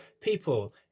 people